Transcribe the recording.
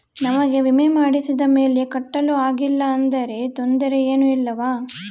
ನಮಗೆ ವಿಮೆ ಮಾಡಿಸಿದ ಮೇಲೆ ಕಟ್ಟಲು ಆಗಿಲ್ಲ ಆದರೆ ತೊಂದರೆ ಏನು ಇಲ್ಲವಾ?